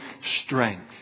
strength